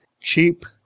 cheap